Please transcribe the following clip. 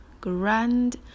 grand